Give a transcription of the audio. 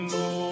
Lord